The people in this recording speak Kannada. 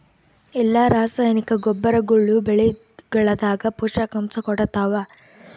ಎಲ್ಲಾ ರಾಸಾಯನಿಕ ಗೊಬ್ಬರಗೊಳ್ಳು ಬೆಳೆಗಳದಾಗ ಪೋಷಕಾಂಶ ಕೊಡತಾವ?